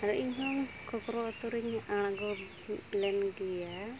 ᱤᱧ ᱦᱚᱸ ᱠᱚᱠᱨᱚ ᱟᱛᱳ ᱨᱮᱜᱮᱧ ᱟᱬᱜᱚ ᱢᱤᱫ ᱞᱮᱱ ᱜᱮᱭᱟ